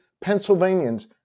Pennsylvanians